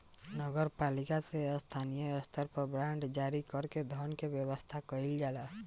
नगर पालिका से स्थानीय स्तर पर बांड जारी कर के धन के व्यवस्था कईल जाला